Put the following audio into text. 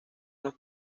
los